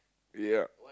yup